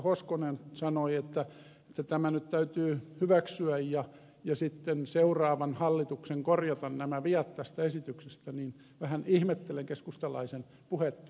hoskonen sanoi että tämä nyt täytyy hyväksyä ja sitten seuraavan hallituksen korjata nämä viat tästä esityksestä niin vähän ihmettelen keskustalaisen puhetta